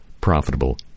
profitable